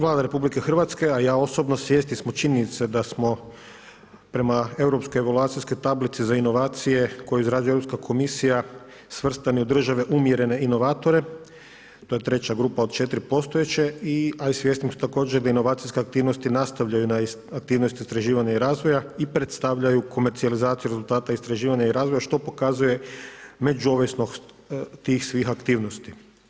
Vlada RH a i ja osobno svjesni smo činjenice da smo prema europskoj evolucijskoj tablici za inovacije koje izrađuje Europska komisija svrstani u države umjerene inovatore, to je treća grupa od 4 postojeće a i svjesni smo također da inovacijske aktivnosti nastavljaju na aktivnosti istraživanja i razvoja i predstavljaju komercijalizaciju rezultata istraživanja i razvoja što pokazuje međuovisnost tih svih aktivnosti.